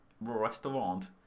restaurant